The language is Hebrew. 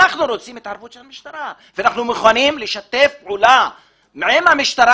אנחנו רוצים התערבות של המשטרה ואנחנו מוכנים לשתף פעולה עם המשטרה